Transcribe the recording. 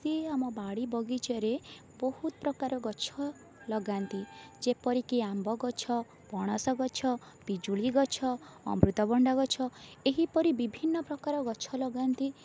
ସିଏ ଆମ ବାଡ଼ି ବଗିଚାରେ ବହୁତ ପ୍ରକାର ଗଛ ଲଗାନ୍ତି ଯେପରିକି ଆମ୍ବ ଗଛ ପଣସ ଗଛ ପିଜୁଳି ଗଛ ଅମୃତଭଣ୍ଡା ଗଛ ଏହିପରି ବିଭିନ୍ନ ପ୍ରକାର ଗଛ ଲଗାନ୍ତି